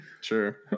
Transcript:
Sure